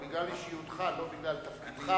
בגלל אישיותך, לא בגלל תפקידך